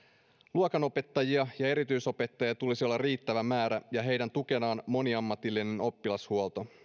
luokanopettajia ja erityisopettajia tulisi olla riittävä määrä ja heidän tukenaan moniammatillinen oppilashuolto